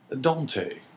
Dante